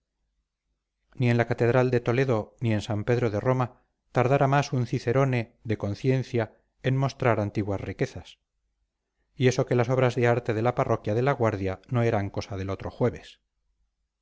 en la catedral de toledo ni en san pedro de roma tardara más un cicerone de conciencia en mostrar antiguas riquezas y eso que las obras de arte de la parroquia de la guardia no eran cosa del otro jueves